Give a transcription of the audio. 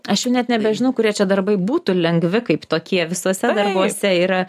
aš jau net nebežinau kurie čia darbai būtų lengvi kaip tokie visuose darbuose yra